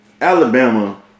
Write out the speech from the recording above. Alabama